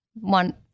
One